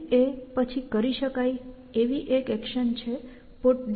Holding પછી કરી શકાય એવી એક એક્શન છે PutDown